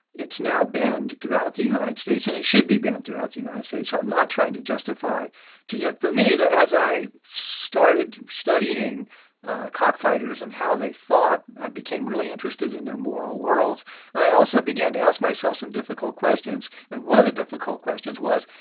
it's now banned throughout the united states. and it should be banned throughout the united states. i'm not trying to justify to you know, for me, as i started studying cockfighters and how they thought, i became really interested in their moral worlds and i also began to ask myself some difficult questions. and one of the difficult questions was,